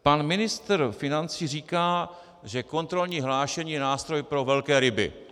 Pan ministr financí říká, že kontrolní hlášení je nástroj pro velké ryby.